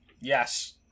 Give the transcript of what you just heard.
Yes